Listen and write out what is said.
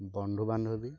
বন্ধু বান্ধৱী